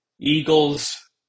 Eagles